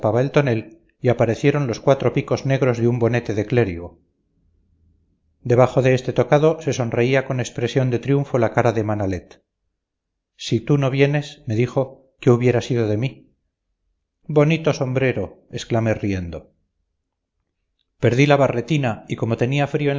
el tonel y aparecieron los cuatro picos negros de un bonete de clérigo debajo de este tocado se sonreía con expresión de triunfo la cara de manalet si tú no vienes dijo qué hubiera sido de mí bonito sombrero exclamé riendo perdí la barretina y como tenía frío